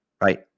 right